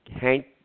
Hank